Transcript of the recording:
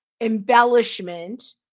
embellishment